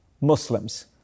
Muslims